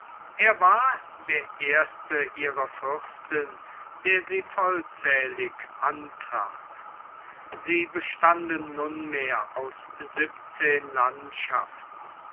er war der erste ihrer fürsten der sie vollzählig antraf sie bestanden nunmehr aus siebenzehn landschaften